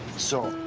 so,